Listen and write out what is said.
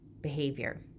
behavior